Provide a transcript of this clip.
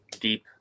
deep